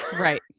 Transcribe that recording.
Right